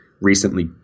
recently